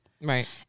right